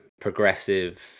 progressive